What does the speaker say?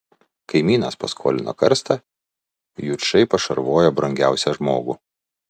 kaimynas paskolino karstą jučai pašarvojo brangiausią žmogų